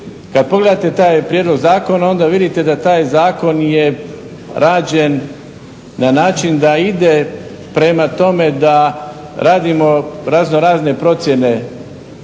kad pogledate taj prijedlog zakona onda vidite da taj zakon je rađen na način da ide prema tome da radimo raznorazne procjene